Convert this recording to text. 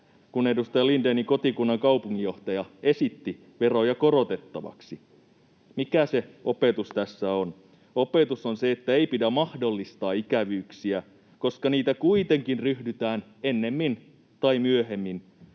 kun edustaja Lindénin kotikunnan kaupunginjohtaja esitti veroja korotettavaksi. Mikä se opetus tässä on? Opetus on se, että ei pidä mahdollistaa ikävyyksiä, koska niitä kuitenkin ryhdytään ennemmin tai myöhemmin